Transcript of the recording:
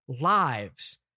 lives